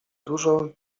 dużo